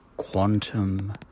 Quantum